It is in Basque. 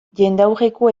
jendaurreko